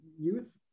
youth